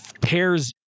pairs